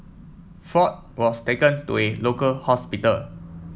Ford was taken to a local hospital